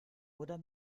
oder